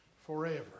forever